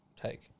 take